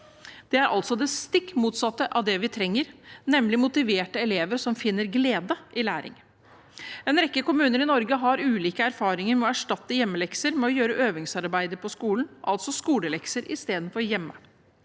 Det er altså det stikk motsatte av det vi trenger – nemlig motiverte elever som finner glede i læring. En rekke kommuner i Norge har ulike erfaringer med å erstatte hjemmelekser med å gjøre øvingsarbeidet på skolen – altså skolelekser istedenfor hjemmelekser.